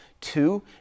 Two